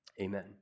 amen